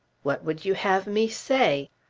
what would you have me say?